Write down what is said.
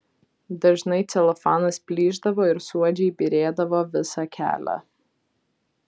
dažnai celofanas plyšdavo ir suodžiai byrėdavo visą kelią